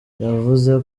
yavuze